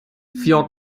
vier